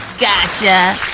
gotcha!